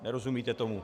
Nerozumíte tomu!